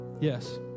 Yes